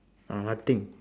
uh nothing